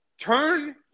Turn